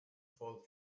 fall